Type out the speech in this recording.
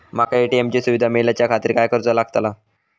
माका ए.टी.एम ची सुविधा मेलाच्याखातिर काय करूचा लागतला?